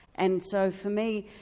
and so for me,